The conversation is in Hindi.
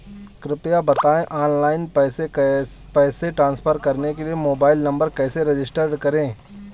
कृपया बताएं ऑनलाइन पैसे ट्रांसफर करने के लिए मोबाइल नंबर कैसे रजिस्टर करें?